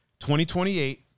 2028